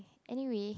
anyway